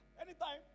anytime